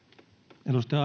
arvoisa